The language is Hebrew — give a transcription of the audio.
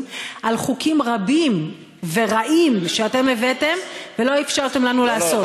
על חוקים רבים ורעים שאתם הבאתם ולא אפשרתם לנו לעשות.